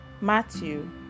Matthew